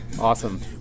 Awesome